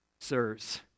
Sirs